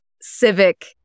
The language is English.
civic